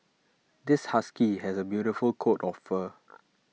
this husky has A beautiful coat of fur